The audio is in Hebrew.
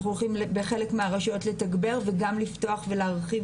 אנחנו הולכים בחלק מהרשויות לתגבר וגם לפתוח ולהרחיב